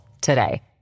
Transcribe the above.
today